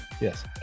Yes